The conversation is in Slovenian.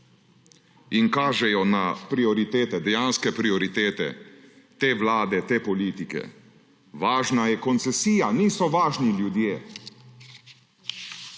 prioritete, dejanske prioritete te vlade, te politike. Važna je koncesija, niso važni ljudje!